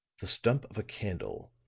the stump of a candle,